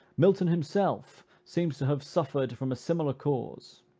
milton himself seems to have suffered from a similar cause,